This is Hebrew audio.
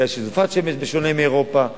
ישראל שטופת שמש, בשונה מאירופה.